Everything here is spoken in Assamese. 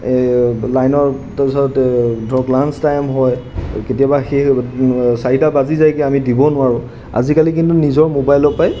লাইনৰ তাৰপিছত ধৰক লাঞ্চ টাইম হয় কেতিয়াবা সেই চাৰিটা বাজি যায়গৈ আমি দিব নোৱাৰোঁ আজিকালি কিন্তু নিজৰ মোবাইলৰ পৰাই